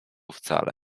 wcale